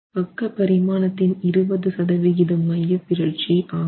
பக்க பரிமாணத்தின் 20 சதவிகிதம் மையப்பிறழ்ச்சி ஆகும்